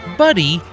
buddy